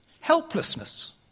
helplessness